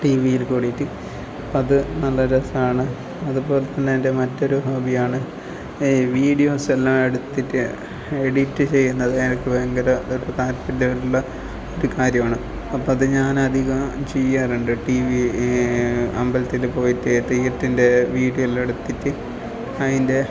T വിയിൽ കൂടിയിട്ട് അത് നല്ല രസമാണ് അതുപോലെ തന്നെ എൻ്റെ മറ്റൊരു ഹോബി ആണ് വീഡിയോസ് എല്ലാം എടുത്തിട്ട് എഡിറ്റ് ചെയ്യുന്നത് എനിക്ക് ഭയങ്കര ഒരു താൽപ്പര്യമുള്ള ഒരു കാര്യമാണ് അപ്പം അത് ഞാനധികം ചെയ്യാറുണ്ട് ടി വി അമ്പലത്തിൽ പോയിട്ട് ദൈവത്തിൻ്റെ വീഡിയോ എല്ലാം എടുത്തിട്ട് അതിന്റെ